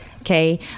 okay